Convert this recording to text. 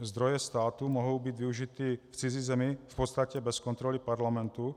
Zdroje státu mohou být využity v cizí zemi v podstatě bez kontroly parlamentu.